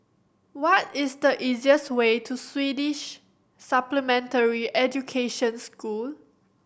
what is the easiest way to Swedish Supplementary Education School